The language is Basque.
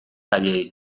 haiei